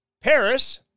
Paris